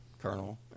Colonel